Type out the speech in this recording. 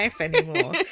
anymore